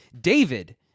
david